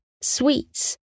sweets